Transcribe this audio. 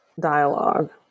dialogue